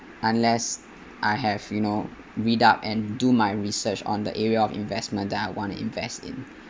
unless I have you know read up and do my research on the area of investment that I want to invest in